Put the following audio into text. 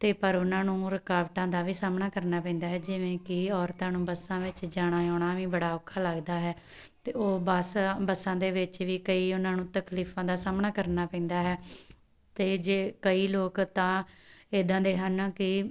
ਅਤੇ ਪਰ ਉਹਨਾਂ ਨੂੰ ਰੁਕਾਵਟਾਂ ਦਾ ਵੀ ਸਾਹਮਣਾ ਕਰਨਾ ਪੈਂਦਾ ਹੈ ਜਿਵੇਂ ਕਿ ਔਰਤਾਂ ਨੂੰ ਬੱਸਾਂ ਵਿੱਚ ਜਾਣਾ ਆਉਣਾ ਵੀ ਬੜਾ ਔਖਾ ਲੱਗਦਾ ਹੈ ਅਤੇ ਉਹ ਬੱਸ ਬੱਸਾਂ ਦੇ ਵਿੱਚ ਵੀ ਕਈ ਉਹਨਾਂ ਨੂੰ ਤਕਲੀਫਾਂ ਦਾ ਸਾਹਮਣਾ ਕਰਨਾ ਪੈਂਦਾ ਹੈ ਅਤੇ ਜੇ ਕਈ ਲੋਕ ਤਾਂ ਇੱਦਾਂ ਦੇ ਹਨ ਕਿ